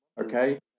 Okay